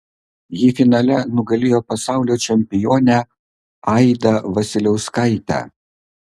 ji finale nugalėjo pasaulio čempionę aidą vasiliauskaitę